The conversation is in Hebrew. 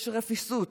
יש רפיסות,